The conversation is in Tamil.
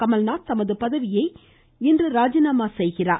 கமல்நாத் தமது பதவியை இன்று ராஜினாமா செய்கிறார்